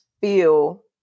feel